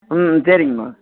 ம் சரிங்கம்மா